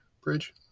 bridge